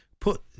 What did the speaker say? put